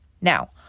now